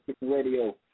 Radio